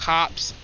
Cops